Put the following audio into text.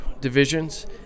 divisions